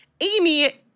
Amy